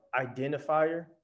identifier